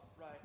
Right